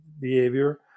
behavior